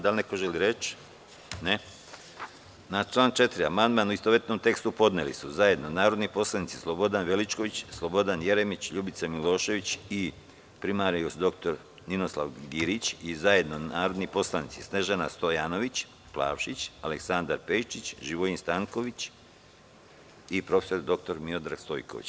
Da li neko želi reč? (Ne.) Na član 4. amandman u istovetnom tekstu su podneli zajedno narodni poslanici Slobodan Veličković, Slobodan Jeremić, Ljubica Milošević i prim. dr Ninoslav Girić i zajedno narodni poslanici Snežana Stojanović Plavšić, Aleksandar Pejčić, Živojin Stanković i prof. dr Miodrag Stojković.